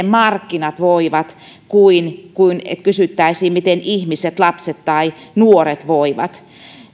markkinat voivat kuin kuin että kysyttäisiin miten ihmiset lapset tai nuoret voivat